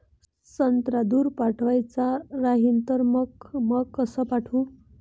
संत्रा दूर पाठवायचा राहिन तर मंग कस पाठवू?